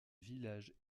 village